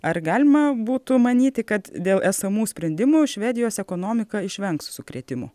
ar galima būtų manyti kad dėl esamų sprendimų švedijos ekonomika išvengs sukrėtimų